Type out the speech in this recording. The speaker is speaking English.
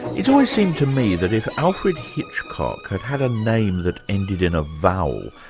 it's always seemed to me that if alfred hitchcock had had a name that ended in a vowel,